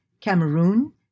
Cameroon